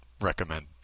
recommend